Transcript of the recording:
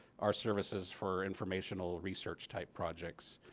our services for informational research type projects.